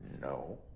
No